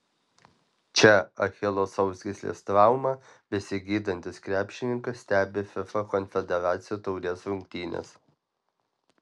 čia achilo sausgyslės traumą besigydantis krepšininkas stebi fifa konfederacijų taurės rungtynes